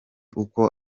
uko